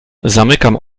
zamykam